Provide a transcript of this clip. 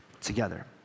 together